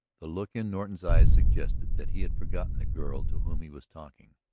the look in norton's eyes suggested that he had forgotten the girl to whom he was talking.